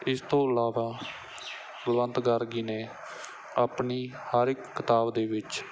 ਇਸ ਤੋਂ ਇਲਾਵਾ ਬਲਵੰਤ ਗਾਰਗੀ ਨੇ ਆਪਣੀ ਹਰ ਇੱਕ ਕਿਤਾਬ ਦੇ ਵਿੱਚ